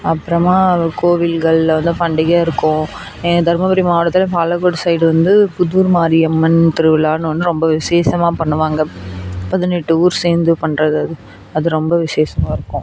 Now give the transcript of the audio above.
அப்புறமா கோவில்களில் தான் பண்டிகை இருக்கும் தருமபுரி மாவட்டத்தில் பாலக்கோட்டு சைடு வந்து புதூர் மாரியம்மன் திருவிழான்னு ஒன்று ரொம்ப விசேஷமாக பண்ணுவாங்க பதினெட்டு ஊர் சேர்ந்து பண்ணுறது அது அது ரொம்ப விசேஷமாக இருக்கும்